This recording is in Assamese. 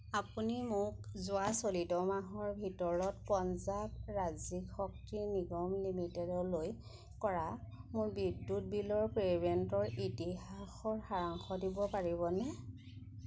আপুনি মোক যোৱা চলিত মাহৰ ভিতৰত পঞ্জাৱ ৰাজ্যিক শক্তি নিগম লিমিটেডলৈ কৰা মোৰ বিদ্যুৎ বিলৰ পে'মেণ্টৰ ইতিহাসৰ সাৰাংশ দিব পাৰিবনে